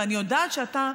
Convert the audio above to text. ואני יודעת שאתה,